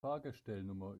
fahrgestellnummer